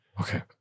Okay